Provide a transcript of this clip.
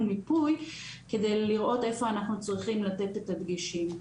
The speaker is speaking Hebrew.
מיפוי כדי לראות איפה אנחנו צריכים לתת את הדגשים.